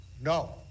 No